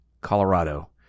Colorado